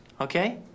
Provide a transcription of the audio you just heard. Okay